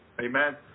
Amen